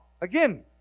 Again